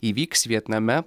įvyks vietname